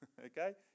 Okay